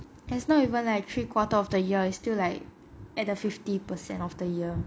it's not even like three quarter of the year is still like at a fifty percent of the year